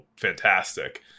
fantastic